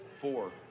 four